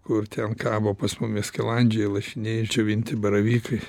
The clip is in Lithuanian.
kur ten kabo pas mumis skilandžiai lašiniai džiovinti baravykai